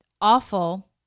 awful